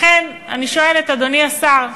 לכן אני שואלת, אדוני השר,